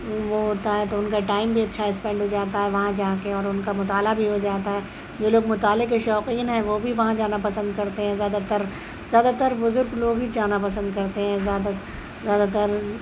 وہ ہوتا ہے تو ان کا ٹائم بھی اچھا اسپینڈ ہو جاتا ہے وہاں جا کے اور ان کا مطالعہ بھی ہو جاتا ہے جو لوگ مطالعے کے شوقین ہیں وہ بھی وہاں جانا پسند کرتے ہیں زیادہ تر زیادہ تر بزرگ لوگ ہی جانا پسند کرتے ہیں زیادہ تر